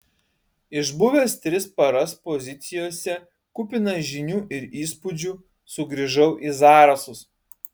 išbuvęs tris paras pozicijose kupinas žinių ir įspūdžių sugrįžau į zarasus